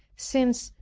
since,